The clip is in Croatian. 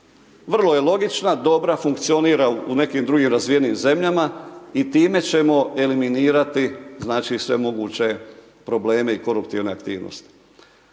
Vrlo je logična, dobra, funkcionira u nekim drugim razvijenim zemljama i time ćemo eliminirati znači sve moguće probleme i koruptivne aktivnosti.